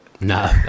No